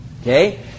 Okay